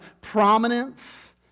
prominence